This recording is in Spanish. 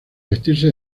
vestirse